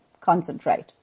concentrate